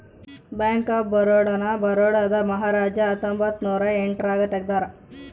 bank of Baroda ನ ಬರೋಡಾದ ಮಹಾರಾಜ ಹತ್ತೊಂಬತ್ತ ನೂರ ಎಂಟ್ ರಾಗ ತೆಗ್ದಾರ